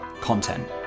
content